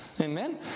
amen